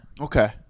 Okay